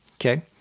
Okay